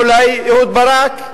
או אולי אהוד ברק?